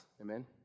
amen